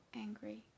angry